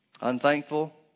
Unthankful